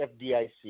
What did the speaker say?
FDIC